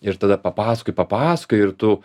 ir tada papasakoji papasakoji ir tu